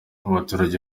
abaturage